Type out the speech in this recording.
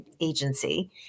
agency